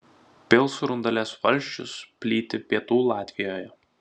pilsrundalės valsčius plyti pietų latvijoje